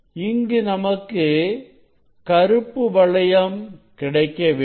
இங்கு நமக்கு கருப்பு வளையம் கிடைக்க வேண்டும்